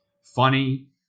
Funny